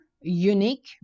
unique